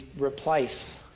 replace